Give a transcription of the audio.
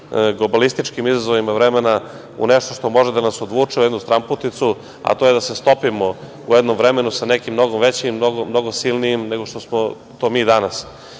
globalističkim izazovima vremena u nešto što može da nas odvuče u jednu stranputicu, a to je da se stopimo u jednom vremenu sa nekim mnogo većim i mnogo silnijim nego što smo to mi danas. Upravo